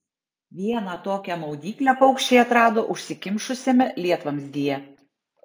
vieną tokią maudyklę paukščiai atrado užsikimšusiame lietvamzdyje